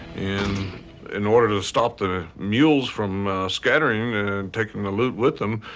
in in order to stop the mules from scattering and taking the loot with them,